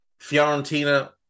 Fiorentina